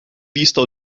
vista